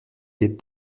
les